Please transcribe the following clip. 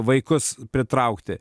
vaikus pritraukti